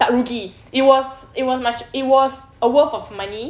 tak rugi it was it was it was a worth of money